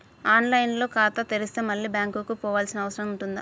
On line లో ఖాతా తెరిస్తే మళ్ళీ బ్యాంకుకు పోవాల్సిన అవసరం ఉంటుందా?